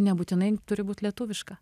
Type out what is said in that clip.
nebūtinai turi būt lietuviška